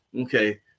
Okay